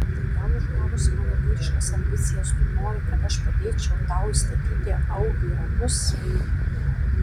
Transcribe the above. tai gal užgavusi mano vyriškas ambicijas tu nori kad aš padėčiau tau įstatyti augiui ragus